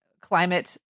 climate